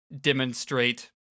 demonstrate